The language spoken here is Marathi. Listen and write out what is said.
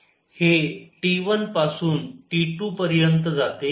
हे T1 पासून T2 पर्यंत जाते